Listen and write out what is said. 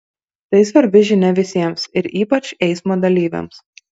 tai svarbi žinia visiems ir ypač eismo dalyviams